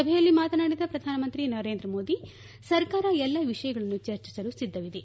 ಸಭೆಯಲ್ಲಿ ಮಾತನಾಡಿದ ಪ್ರಧಾನಮಂತ್ರಿ ನರೇಂದ್ರ ಮೋದಿ ಸರ್ಕಾರ ಎಲ್ಲಾ ವಿಷಯಗಳನ್ನು ಚರ್ಚಿಸಲು ಸಿದ್ದವಿದೆ